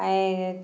ऐं